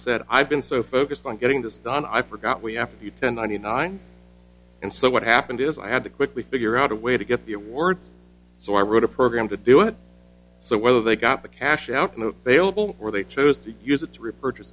said i've been so focused on getting this done i forgot we attribute ten on the nines and so what happened is i had to quickly figure out a way to get the awards so i wrote a program to do it so whether they got the cash out and they will or they chose to use it to repurchase